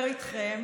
איתכם